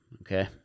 okay